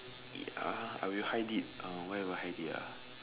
ya I will hide it uh where will I hide it ah